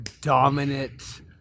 Dominant